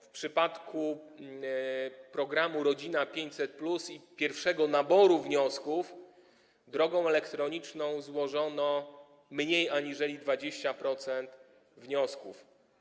W przypadku programu „Rodzina 500+” i pierwszego naboru wniosków drogą elektroniczną złożono mniej aniżeli 20% wniosków.